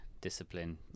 discipline